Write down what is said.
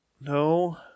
no